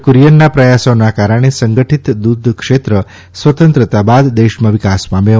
ક્રરિયનના પ્રથાસોના કારણે સંગઠિત દૂધ ક્ષેત્ર સ્વતંત્રતા બાદ દેશમાં વિકાસ પામ્યો